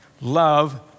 love